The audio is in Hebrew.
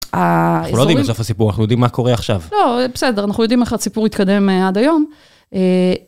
אנחנו לא יודעים עכשיו את סוף הסיפור, אנחנו יודעים מה קורה עכשיו. לא, בסדר, אנחנו יודעים איך הסיפור התקדם עד היום.